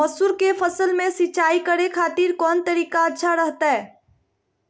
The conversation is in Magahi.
मसूर के फसल में सिंचाई करे खातिर कौन तरीका अच्छा रहतय?